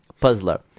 puzzler